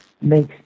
makes